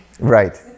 Right